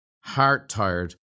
heart-tired